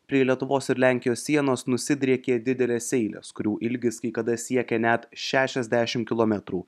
prie lietuvos ir lenkijos sienos nusidriekė didelės eilės kurių ilgis kai kada siekė net šešiasdešim kilometrų